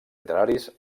literaris